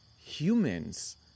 Humans